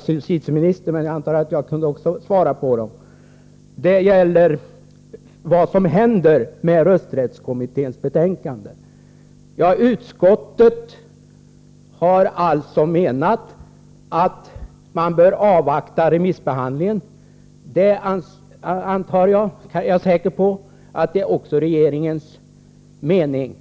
till justitieministern, men jag antar att jag också kan svara på dem. Det gäller vad som händer med rösträttskommitténs betänkande. Utskottet anser alltså att vi bör avvakta remissbehandlingen av utlandssvenskarnas rösträtt. Jag är säker på att det också är regeringens mening.